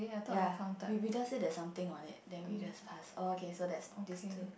ya we we just say there is something on it then we just pass oh okay so that's this two